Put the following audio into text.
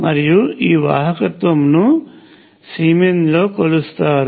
మరియు ఈ వాహకత్వమును సిమెన్స్లో కొలుస్తారు